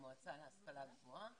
המועצה להשכלה גבוהה,